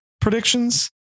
predictions